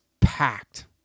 packed